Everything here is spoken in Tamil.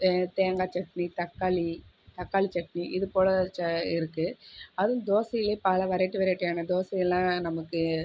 தேங்காய் சட்னி தக்காளி தக்காளி சட்னி இது போல் ச இருக்கு அதுவும் தோசையில் பல வெரைட்டி வெரைட்டியான தோசையிலாம் நமக்கு